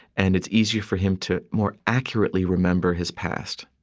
and it's easier for him to more accurately remember his past.